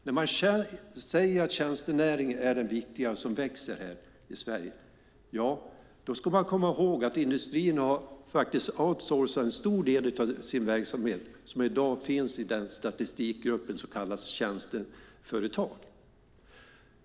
När man säger att tjänstenäringen är det viktiga som växer här i Sverige ska man komma ihåg att industrin har outsourcat en stor del av sin verksamhet, som i dag finns i den statistikgrupp som kallas tjänsteföretag.